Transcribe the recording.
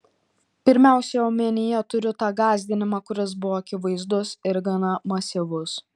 pirmiausiai omenyje turiu tą gąsdinimą kuris buvo akivaizdus ir gana masyvus